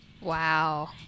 Wow